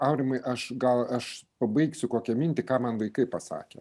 aurimai aš gal aš pabaigsiu kokią mintį ką man vaikai pasakė